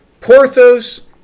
Porthos